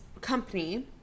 company